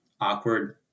awkward